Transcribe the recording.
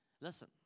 Listen